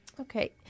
Okay